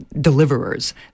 deliverers